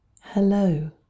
Hello